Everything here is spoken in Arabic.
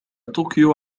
طوكيو